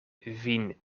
vin